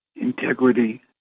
integrity